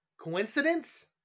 Coincidence